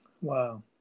Wow